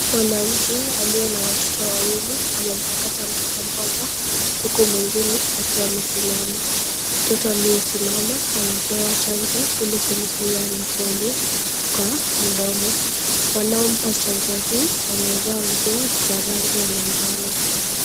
Mwanamke aliye na watoto wawili amempakata mtoto mmoja, huku mwingine akiwa amesimama. Mtoto aliyesimama anapewa chanjo ili kumzuia na polio kwa mdomo. Wanaompa chanjo hii wamevaa nguo za rangi manjano.